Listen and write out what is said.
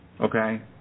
okay